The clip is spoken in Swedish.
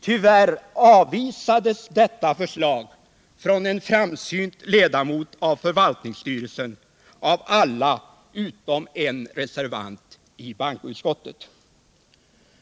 Tyvärr avvisades detta förslag från en framsynt ledamot av förvaltningsstyrelsen av